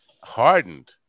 hardened